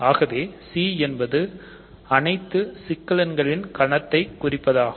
C என்பது அனைத்து சிக்கலெண்களின் கணத்தை குறிப்பதாகும்